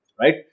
right